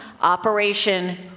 Operation